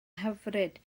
hyfryd